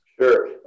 Sure